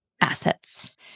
assets